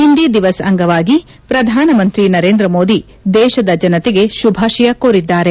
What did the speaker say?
ಹಿಂದಿ ದಿವಸ್ ಅಂಗವಾಗಿ ಪ್ರಧಾನಮಂತ್ರಿ ನರೇಂದ್ರ ಮೋದಿ ದೇಶದ ಜನತೆಗೆ ಶುಭಾಶಯ ಕೋರಿದ್ದಾರೆ